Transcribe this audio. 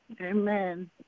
Amen